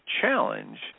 challenge